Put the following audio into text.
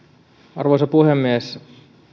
arvoisa puhemies